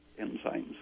enzymes